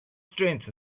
strength